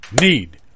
Need